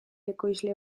ekoizle